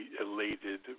elated